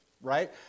right